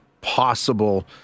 possible